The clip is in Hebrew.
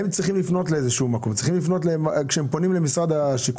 אם אותו בן אדם פונה למשרד השיכון,